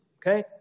Okay